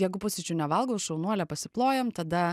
jeigu pusryčių nevalgau šaunuolė pasiplojam tada